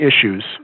issues